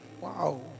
Wow